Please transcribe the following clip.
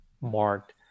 marked